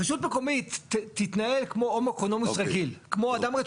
הרשות המקומית תתנהג כמו אדם רציונלי.